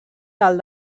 del